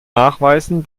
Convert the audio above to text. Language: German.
nachweisen